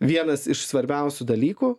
vienas iš svarbiausių dalykų